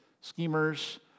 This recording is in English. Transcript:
Schemers